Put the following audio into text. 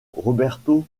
roberto